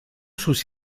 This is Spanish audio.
sus